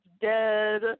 dead